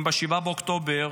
אם ב-7 באוקטובר